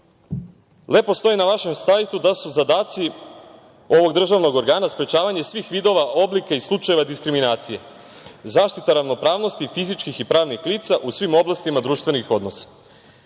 stoji na vašem sajtu da su zadaci ovog državnog organa sprečavanje svih vidova oblika i slučajeva diskriminacije, zaštita ravnopravnosti fizičkih i pravnih lica u svim oblastima društvenih odnosa.U